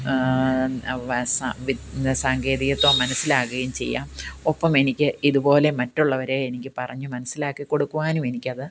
അവ സാങ്കേതികത്വം മനസിലാകുകയും ചെയ്യാം ഒപ്പം എനിക്ക് ഇതുപോലെ മറ്റുള്ളവരെ എനിക്ക് പറഞ്ഞു മനസിലാക്കി കൊടുക്കുവാനും എനിക്ക് അത്